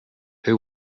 who